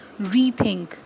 rethink